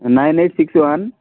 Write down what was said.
nine eight six one